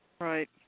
Right